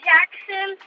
Jackson